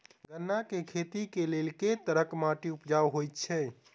गन्ना केँ खेती केँ लेल केँ तरहक माटि उपजाउ होइ छै?